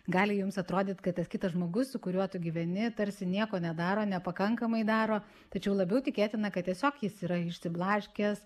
gali jums atrodyt kad tas kitas žmogus su kuriuo tu gyveni tarsi nieko nedaro nepakankamai daro tačiau labiau tikėtina kad tiesiog jis yra išsiblaškęs